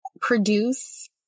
produce